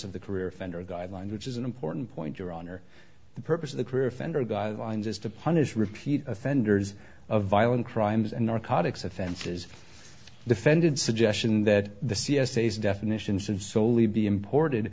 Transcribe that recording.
of the career offender guidelines which is an important point your honor the purpose of the career offender guidelines is to punish repeat offenders of violent crimes and narcotics offenses defended suggestion that the c s is definitions and soley be imported